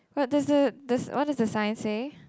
but there's a there's what does the sign say